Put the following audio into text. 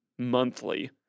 monthly